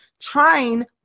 trying